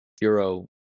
bureau